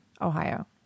Ohio